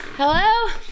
Hello